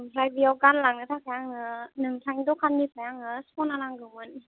ओमफ्राय बेयाव गानलांनो थाखाय आंनो नोंथांनि दखाननिफ्राय आङो सना नांगौमोन